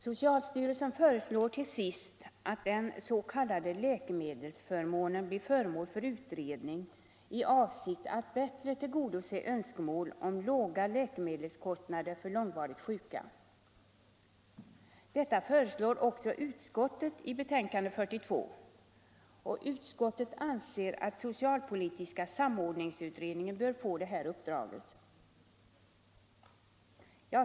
Socialstyrelsen föreslår till sist att den s.k. läkemedelsförmånen blir föremål för utredning i avsikt att bättre tillgodose önskemål om låga äkemedelskostnader för långvarigt sjuka. Detta föreslår också socialförsäkringsutskottet i sitt betänkande nr 42, och utskottet anser att socialpolitiska samordningsutredningen bör få detta uppdrag.